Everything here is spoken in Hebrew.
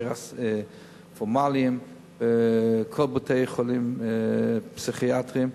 פורמליים בכל בתי-החולים הפסיכיאטריים.